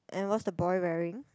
and what's the boy wearing